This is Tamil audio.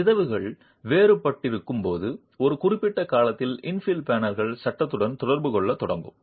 சிதைவுகள் வேறுபட்டிருக்கும்போது ஒரு குறிப்பிட்ட கட்டத்தில் இன்ஃபில் பேனல் சட்டத்துடன் தொடர்பு கொள்ளத் தொடங்கும்